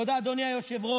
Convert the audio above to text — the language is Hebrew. תודה, אדוני היושב-ראש.